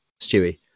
Stewie